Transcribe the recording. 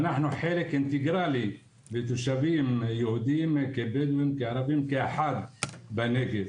אנחנו חלק אינטגרלי מהתושבים היהודים ובדואים וערבים כאחד בנגב,